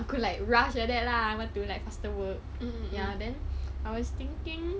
aku like rush like that lah want to like faster work ya then I was thinking